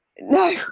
No